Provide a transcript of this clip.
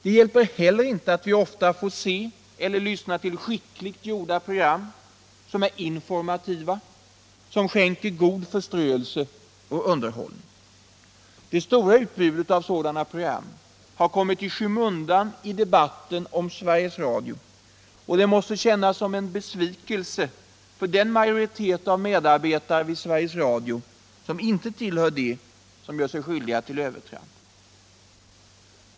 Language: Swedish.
Det hjälper inte heller att vi ofta får se eller lyssna till skickligt gjorda program som är informativa, som skänker god förströelse och underhållning. Det stora utbudet av sådana program har kommit i skymundan i debatten om Sveriges Radio och det måste kännas som en besvikelse för den majoritet av medarbetare vid Sveriges Radio som inte tillhör dem som gör sig skyldiga till övertramp.